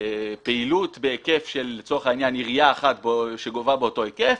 צריך פעילות בהיקף של עירייה אחת שגובה באותו היקף,